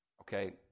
Okay